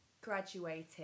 graduated